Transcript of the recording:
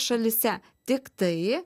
šalyse tik tai